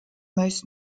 most